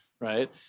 right